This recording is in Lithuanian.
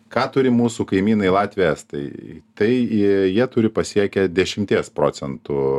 ką turi mūsų kaimynai latviai estai tai jie turi pasiekę dešimties procentų